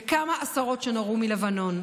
וכמה עשרות שנורו מלבנון.